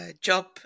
job